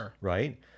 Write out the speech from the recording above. right